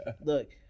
Look